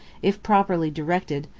if properly directed,